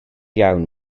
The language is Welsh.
iawn